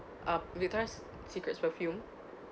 uh Victoria Secrets perfume